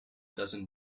dozen